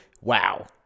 wow